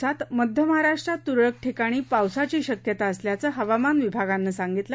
येत्या दोन दिवसात मध्य महाराष्ट्रात तुरळक ठिकाणी पावसाची शक्यता असल्याचं हवामान विभागानं सांगितलं